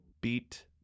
Beat